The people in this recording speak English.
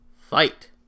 Fight